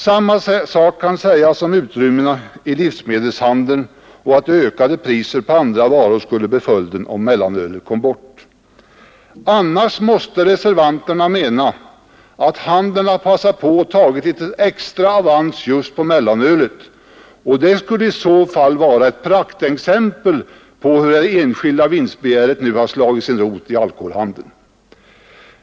Samma sak kan sägas om utrymmena i livsmedelshandeln och att ökade priser på andra varor skulle bli följden om mellanölet kom bort. Annars måste reservanterna mena att handeln har passat på och tagit litet extra avans just på mellanölet. Det skulle i så fall vara ett praktexempel på hur det enskilda vinstbegäret nu har slagit sin rot i alkoholhandeln.